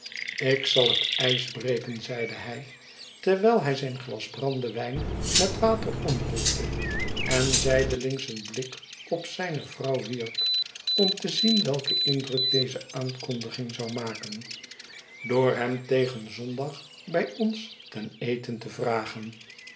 ik zal het ijs breken zeide hij terwijl hij zijn glas brandewijn met water omroerde en zijdelings een blik op zijne vrouw wierp om te zien welken indruk deze aankondiging zou maken door hem tegen zondag bij ons ten eten te vragen